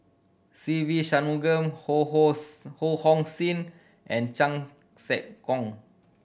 Se Ve Shanmugam Ho Hong Ho Hong Sing and Chan Sek Keong